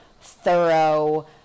thorough